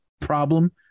problem